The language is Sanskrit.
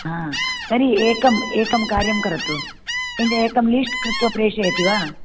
हा तर्हि एकं एकं कार्यं करोतु एकं लीस्ट् कृत्वा प्रेषयति वा